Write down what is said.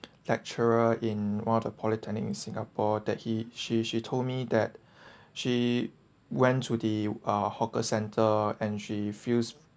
lecturer in one of the polytechnic in singapore that he she she told me that she went to the uh hawker center and she feels